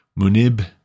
Munib